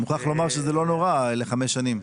אני מוכרח לומר שזה לא נורא לחמש שנים.